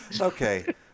Okay